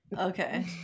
Okay